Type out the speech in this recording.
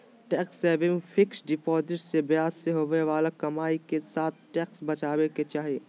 tax saving fixed deposit से ब्याज से होवे बाला कमाई के साथ टैक्स बचाबे के चाही